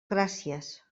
gràcies